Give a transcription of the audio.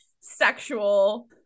sexual